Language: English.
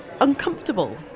uncomfortable